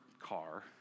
car